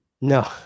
No